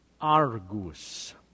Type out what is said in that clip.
argus